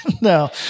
No